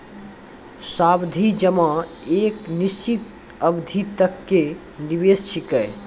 सावधि जमा एक निश्चित अवधि तक के निवेश छिकै